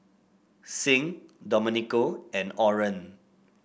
Sing Domenico and Orren